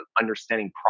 understanding